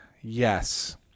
Yes